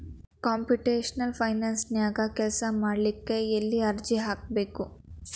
Computational ಫೈನಾನ್ಸನ್ಯಾಗ ಕೆಲ್ಸಾಮಾಡ್ಲಿಕ್ಕೆ ಎಲ್ಲೆ ಅರ್ಜಿ ಹಾಕ್ಬೇಕು?